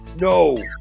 No